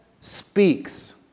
speaks